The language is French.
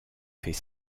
fait